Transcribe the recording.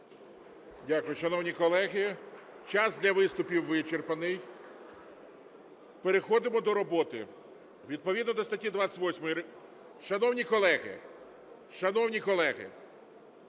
Дякую. Шановні колеги, час для виступів вичерпаний. Переходимо до роботи. Відповідно до статті 28… (Шум у залі) Шановні колеги!